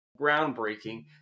groundbreaking